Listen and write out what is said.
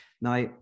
Now